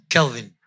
Kelvin